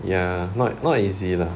ya not not easy lah